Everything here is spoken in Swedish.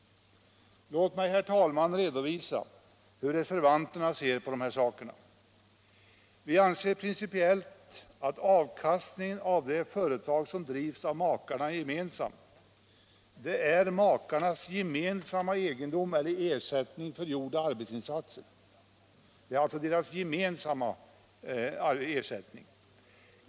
Låt mig, herr talman, redovisa hur reservanterna ser på de här sakerna. Vi anser principiellt att avkastningen i det företag som drivs av makarna gemensamt är makarnas gemensamma egendom eller gemensamma ersättning.